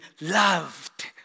loved